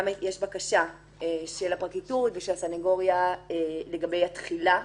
גם יש בקשה של הפרקליטות ושל הסניגוריה לגבי התחילה,